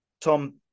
Tom